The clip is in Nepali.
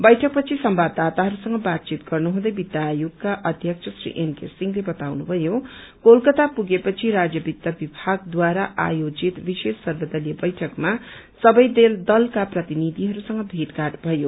बैठक पछि संवाददाताहरूसँग बातचित गर्नुहुँदै वित्त आयोगका अध्यक्ष श्री एनके सिंहले कताउनुथयो कोलकता पुगे पछि राज्य वित्त विभागद्वारा आयोजित विश्रेष सर्वदलीय बैठकमा सवै दलका प्रतिनिधिहरूसँग भेटभाट भयो